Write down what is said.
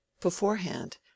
Beforehand